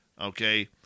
Okay